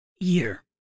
year